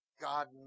God